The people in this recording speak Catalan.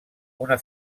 una